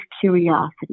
curiosity